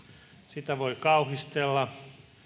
sitä voi kauhistella